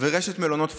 לרשת מלונות פתאל,